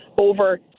over